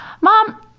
mom